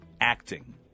acting